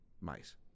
Mice